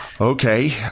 Okay